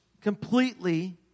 completely